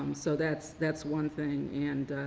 um so that's that's one thing and